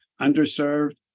underserved